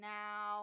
now